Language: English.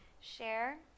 share